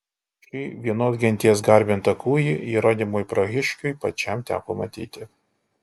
šį vienos genties garbintą kūjį jeronimui prahiškiui pačiam teko matyti